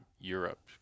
Europe